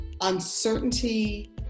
uncertainty